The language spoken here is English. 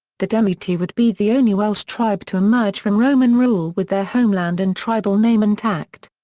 the demetae would be the only welsh tribe to emerge from roman rule with their homeland and tribal name intact.